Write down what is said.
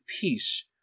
peace